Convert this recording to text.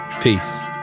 peace